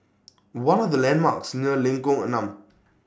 What Are The landmarks near Lengkok Enam